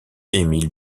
émile